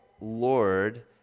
Lord